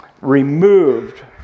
removed